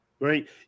Right